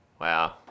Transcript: Wow